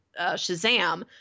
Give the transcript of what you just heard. Shazam